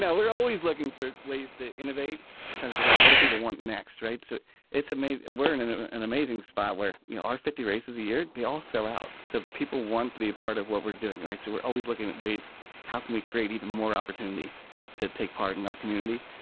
yeah we're always looking for ways to innovate and try to figure out what if people want next rate. so it's amazing. we're in in an amazing sfi you know our fifty races a year, they all sell out. so people want to be a part of what we're doing. so we're always looking at ways how can we create even more opportunity to take part in our community?